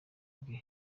bwe